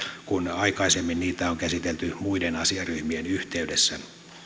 kun aikaisemmin niitä on käsitelty muiden asiaryhmien yhteydessä